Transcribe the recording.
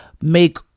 make